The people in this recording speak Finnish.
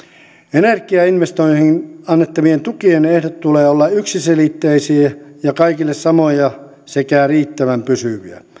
energiainvestointeihin annettavien tukien ehtojen tulee olla yksiselitteisiä ja kaikille samoja sekä riittävän pysyviä